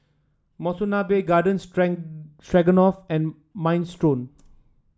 Monsunabe Garden Stroganoff and Minestrone